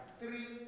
three